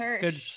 Good